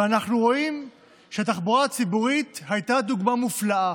ואנחנו רואים שהתחבורה הציבורית הייתה דוגמה מופלאה